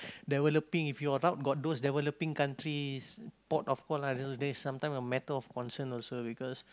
there were the pink if you've got those there were the pink countries port of call then sometimes a matter of concern also because